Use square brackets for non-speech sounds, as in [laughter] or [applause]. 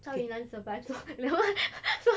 zhao yun nan survived so [noise]